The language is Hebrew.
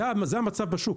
זה המצב בשוק.